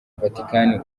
vatikani